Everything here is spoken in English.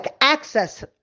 access